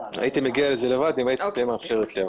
הייתי מגיע לזה לבד, אם היית מאפשרת לי.